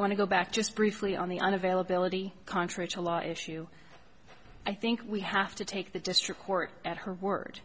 us want to go back just briefly on the on availability controversial law issue i think we have to take the district court at her word